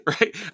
right